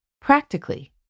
practically